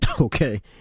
Okay